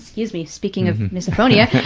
excuse me, speaking of misophonia.